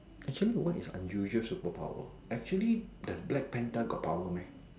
actually what is unusual superpower actually does black panther got power meh